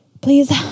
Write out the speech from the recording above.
please